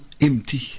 empty